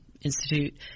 Institute